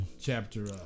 chapter